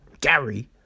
Gary